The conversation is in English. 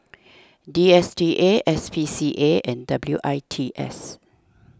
D S T A S P C A and W I T S